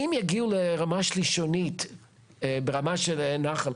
אם יגיעו לרמה שלישונית ברמה של נחל,